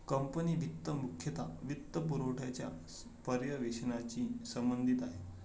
company वित्त मुख्यतः वित्तपुरवठ्याच्या पर्यवेक्षणाशी संबंधित आहे